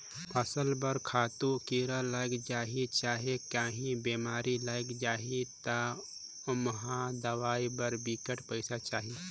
फसल बर खातू, कीरा लइग जाही चहे काहीं बेमारी लइग जाही ता ओम्हां दवई बर बिकट पइसा चाही